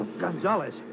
Gonzalez